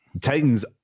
titans